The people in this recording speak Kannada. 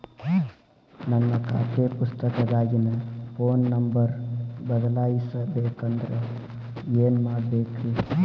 ನನ್ನ ಖಾತೆ ಪುಸ್ತಕದಾಗಿನ ಫೋನ್ ನಂಬರ್ ಬದಲಾಯಿಸ ಬೇಕಂದ್ರ ಏನ್ ಮಾಡ ಬೇಕ್ರಿ?